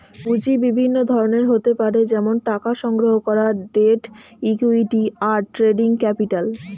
পুঁজি বিভিন্ন ধরনের হতে পারে যেমন টাকা সংগ্রহণ করা, ডেট, ইক্যুইটি, আর ট্রেডিং ক্যাপিটাল